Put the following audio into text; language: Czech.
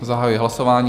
Zahajuji hlasování.